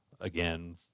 again